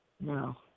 No